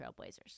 Trailblazers